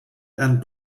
and